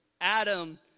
Adam